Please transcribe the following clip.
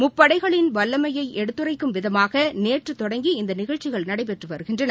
முப்படைகளின் வல்லமையை எடுத்துரைக்கும்விதமாக நேற்று தொடங்கி இந்த நிகழ்ச்சிகள் நடைபெற்று வருகின்றன